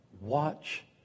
Watch